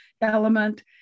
element